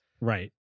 Right